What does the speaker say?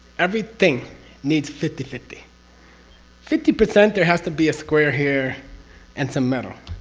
everything needs fifty fifty. fifty percent there has to be a square here and some metal.